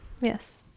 Yes